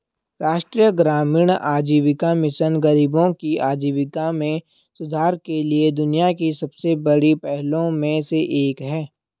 राष्ट्रीय ग्रामीण आजीविका मिशन गरीबों की आजीविका में सुधार के लिए दुनिया की सबसे बड़ी पहलों में से एक है